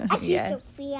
yes